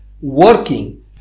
Working